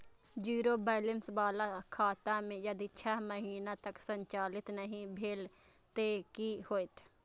Zero balance बाला खाता में यदि छः महीना तक संचालित नहीं भेल ते कि होयत?